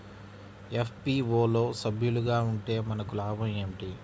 FPO లో సభ్యులుగా ఉంటే మనకు లాభం ఏమిటి?